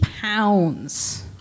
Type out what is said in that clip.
pounds